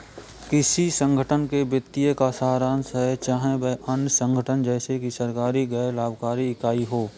किसी संगठन के वित्तीय का सारांश है चाहे वह अन्य संगठन जैसे कि सरकारी गैर लाभकारी इकाई हो